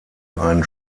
ein